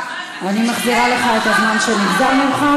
המליאה.) אני מחזירה לך את הזמן שנגזל ממך.